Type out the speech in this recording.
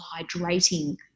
hydrating